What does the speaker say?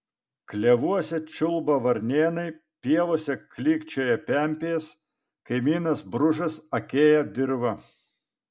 klevuose čiulba varnėnai pievose klykčioja pempės kaimynas bružas akėja dirvą